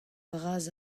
bras